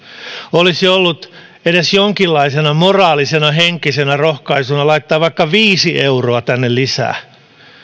olisi ollut parempi edes jonkinlaisena moraalisena henkisenä rohkaisuna laittaa vaikka viisi euroa tänne lisää